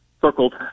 circled